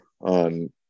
on